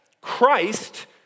Christ